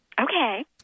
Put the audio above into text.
Okay